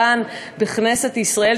כאן בכנסת ישראל,